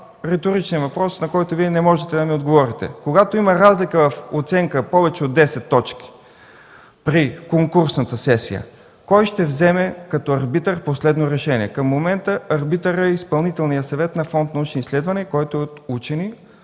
риторичния въпрос, на който Вие не можете да ми отговорите: когато има разлика в оценката повече от 10 точки при конкурсната сесия, кой ще вземе като арбитър последно решение? Към момента арбитърът е Изпълнителният съвет на Фонд „Научни изследвания”, който е от учени,